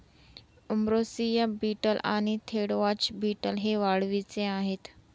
ambrosia beetle आणि deathwatch beetle हे वाळवीचे आहेत